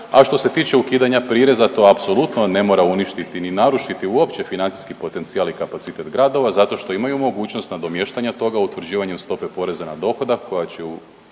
a što se tiče ukidanja prireza, to apsolutno ne mora uništiti ni narušiti uopće financijski potencijal i kapacitet gradova, zato što imaju mogućnost nadomještanja toga, utvrđivanjem stope poreza na dohodak koja će